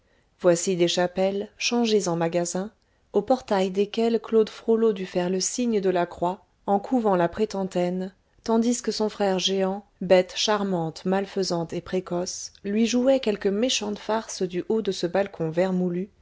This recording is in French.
voici des chapelles changées en magasins au portail desquelles claude frollo dut faire le signe de la croix en couvant la pretentaine tandis que son frère jehan bête charmante malfaisante et précoce lui jouait quelque méchante farce du haut de ce balcon vermoulu